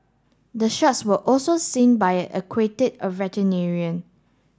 the sharks were also seen by an aquatic veterinarian